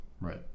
Right